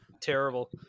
Terrible